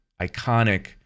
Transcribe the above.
iconic